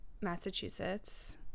Massachusetts